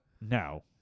No